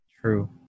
True